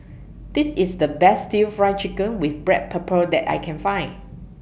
This IS The Best Stir Fried Chicken with Black Pepper that I Can Find